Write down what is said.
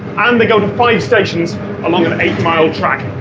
and they go to five stations along an eight-mile track.